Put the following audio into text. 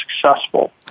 successful